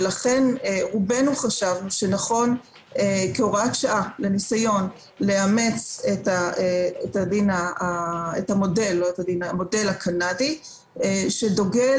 לכן רובנו חשבנו שנכון כהוראת שעה לאמץ את המודל הקנדי שדוגל